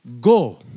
go